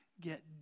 get